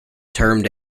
termed